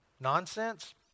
nonsense